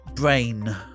brain